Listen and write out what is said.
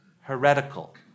heretical